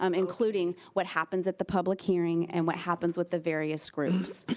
um including what happens at the public hearing and what happens with the various groups.